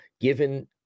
given